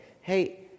Hey